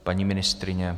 Paní ministryně?